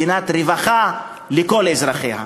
מדינת רווחה לכל אזרחיה.